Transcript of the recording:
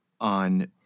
on